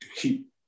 keep